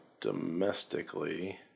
domestically